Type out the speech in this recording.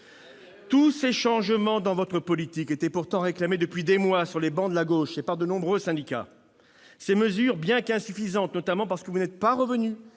Tous ces changements dans votre politique étaient pourtant réclamés depuis des mois sur les travées de gauche et par de nombreux syndicats. Ces mesures, bien qu'insuffisantes, notamment parce que vous n'êtes pas revenu